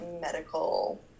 medical